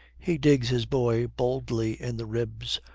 he digs his boy boldly in the ribs.